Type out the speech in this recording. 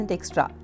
Extra